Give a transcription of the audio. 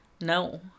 No